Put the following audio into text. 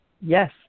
Yes